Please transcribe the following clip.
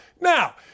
Now